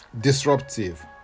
disruptive